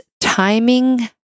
timing